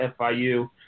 fiu